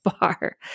bar